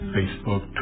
Facebook